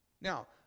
Now